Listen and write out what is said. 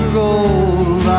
gold